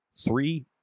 Three